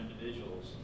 individuals